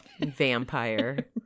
Vampire